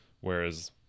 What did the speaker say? Whereas